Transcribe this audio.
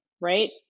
Right